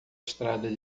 estrada